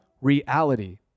reality